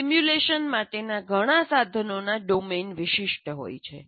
simulation માટેના ઘણા સાધનો નાં ડોમેન વિશિષ્ટ હોય છે